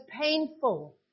painful